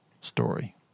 story